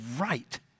right